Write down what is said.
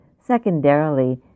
Secondarily